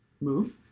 move